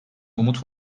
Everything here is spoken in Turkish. umut